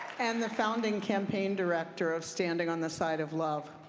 and the founding campaign director of standing on the side of love.